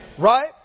Right